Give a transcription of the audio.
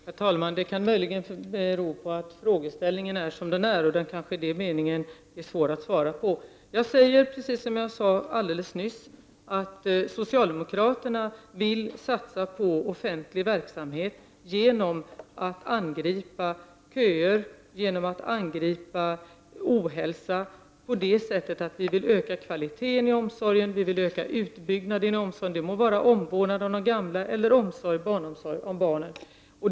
Herr talman! Det kan möjligen bero på frågan. I den meningen kan den vara svår att svara på. Som jag alldeles nyss sade vill socialdemokraterna satsa på offentlig verksamhet genom att angripa köer och ohälsa på det sättet att vi vill öka kvaliteten i och utbyggnaden av omsorgen — det må handla om omvårdnad om de gamla eller omsorg om barnen.